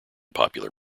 popular